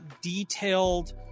detailed